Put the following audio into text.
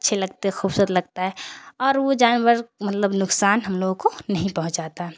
اچھے لگتے ہے خوبصورت لگتا ہے اور وہ جانور مطلب نقصان ہم لوگوں کو نہیں پہنچاتا